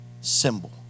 symbol